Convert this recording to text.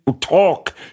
talk